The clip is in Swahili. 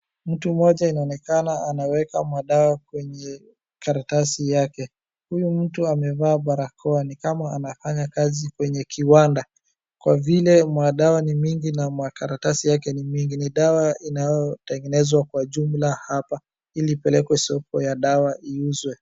Mtu mmoja inaonekana anaweka madawa kwenye karatasi yake. Huyu mtu amevaa barakoa ni kama anafanya kazi kwenye kiwanda kwa vile madawa ni mingi na makaratasi ni mingi ni dawa ambayo hutengenezwa kwa jumla hapa ili ipelekwe soko ya dawa iuzwe.